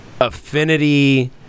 affinity